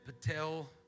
Patel